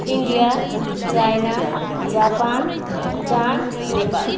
India China Japan Bhutan Nepal